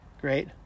great